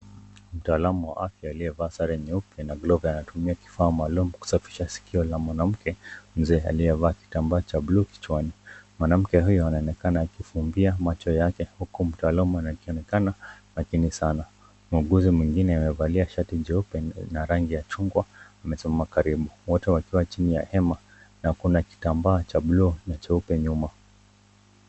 Mtaalamu wa afya aliyevaa sare nyeupe na glovu antumia kifaa maalum kusfisha sikio la mwanamke mzee aliyevaa kitambaa cha buluu kichwani. Mwanamke huyo anaonekana akifumbia macho yake huku mtaaluma akionekana makini sana. Muuguzi mwingine amevalia shati jeupe na rangi ya chungwa amesimama karibu wote wakiwa chini ya hema na kitambaa cha buluu na nyeupe nyuma.